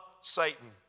Satan